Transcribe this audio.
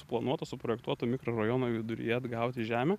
suplanuoto suprojektuoto mikrorajono viduryje atgauti žemę